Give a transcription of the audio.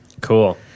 Cool